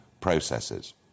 processes